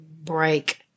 break